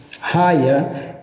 higher